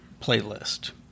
playlist